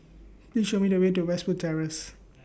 Please Show Me The Way to Westwood Terrace